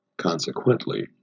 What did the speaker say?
Consequently